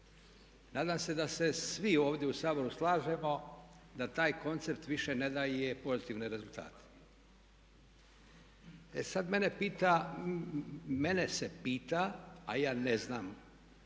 Nadam se da se svi ovdje u Saboru slažemo da taj koncept više ne daje pozitivne rezultate. E sada mene se pita a ja ne znam